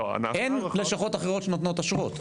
לא --- אין לשכות אחרות שנותנות אשרות.